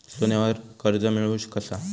सोन्यावर कर्ज मिळवू कसा?